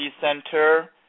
center